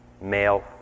Male